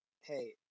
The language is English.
hey